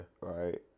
Right